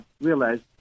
realized